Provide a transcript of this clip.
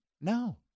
No